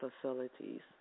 facilities